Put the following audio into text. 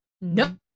No